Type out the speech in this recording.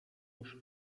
już